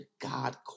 God